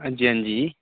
हांजी हांजी